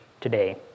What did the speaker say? today